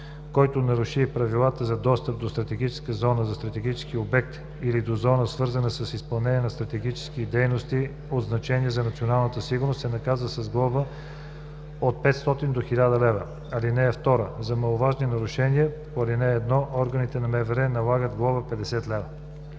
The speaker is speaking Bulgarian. Който наруши правилата за достъп до стратегическа зона на стратегически обект или до зона, свързана с изпълнението на стратегически дейности от значение за националната сигурност, се наказва с глоба от 500 до 1000 лв. (2) За маловажни нарушения по ал. 1 органите на МВР налагат глоба 50 лв.”